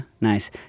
Nice